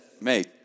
mate